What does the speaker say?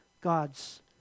God's